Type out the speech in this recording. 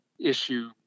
issue